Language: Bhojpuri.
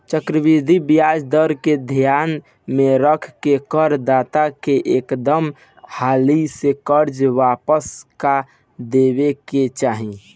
चक्रवृद्धि ब्याज दर के ध्यान में रख के कर दाता के एकदम हाली से कर्जा वापस क देबे के चाही